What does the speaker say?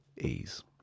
ease